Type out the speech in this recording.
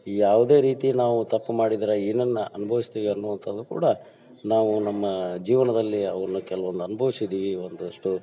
ಯಾವುದೇ ರೀತಿ ನಾವು ತಪ್ಪು ಮಾಡಿದ್ರೆ ಏನನ್ನು ಅನುಭವ್ಸ್ತಿವಿ ಅನ್ನುವಂಥದ್ದು ಕೂಡ ನಾವು ನಮ್ಮ ಜೀವನದಲ್ಲಿ ಅವನ್ನ ಕೆಲ್ವೊಂದು ಅನುಭವಿಸಿದ್ದೀವಿ ಒಂದಷ್ಟು